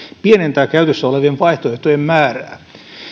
pienentää käytössä olevien vaihtoehtojen määrää